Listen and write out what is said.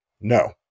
No